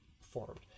formed